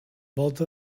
volta